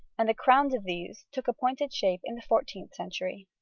and the crowns of these took a pointed shape in the fourteenth century.